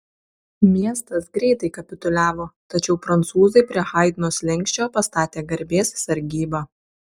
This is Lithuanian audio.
miestas greitai kapituliavo tačiau prancūzai prie haidno slenksčio pastatė garbės sargybą